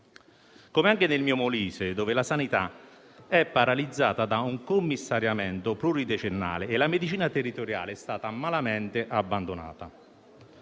come anche nel mio Molise, dove la sanità è paralizzata da un commissariamento pluridecennale e la medicina territoriale è stata malamente abbandonata.